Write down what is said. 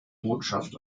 botschaft